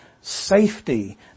safety